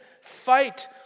fight